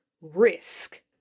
risk